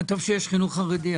טוב שיש חינוך חרדי.